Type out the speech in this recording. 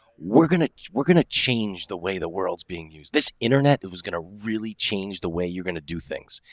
we're gonna we're gonna change the way the world's being used this internet. it was gonna really change the way you're going to do things.